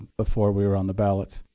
before we were on the ballot.